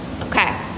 Okay